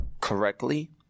correctly